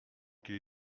qu’il